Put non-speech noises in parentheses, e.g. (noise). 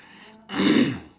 (coughs)